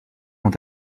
ont